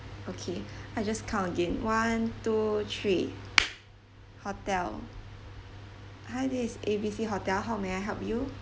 okay I just count again one two three hotel hi this is A B C hotel how may I help you